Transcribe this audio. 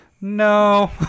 No